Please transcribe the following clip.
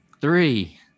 Three